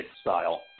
style